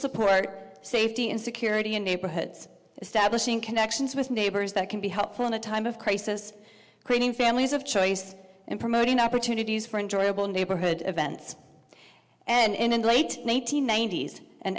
support safety and security in neighborhoods establishing connections with neighbors that can be helpful in a time of crisis creating families of choice and promoting opportunities for enjoyable neighborhood events and in the late one nine hundred ninety s an